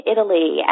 Italy